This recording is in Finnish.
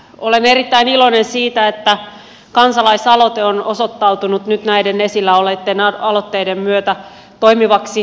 olen erittäin iloinen siitä että kansalaisaloite on osoittautunut nyt näiden esillä olleitten aloitteiden myötä toimivaksi työkaluksi